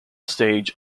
stage